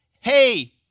hey